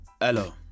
Hello